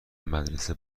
مدرسه